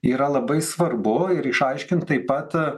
yra labai svarbu ir išaiškint taip pat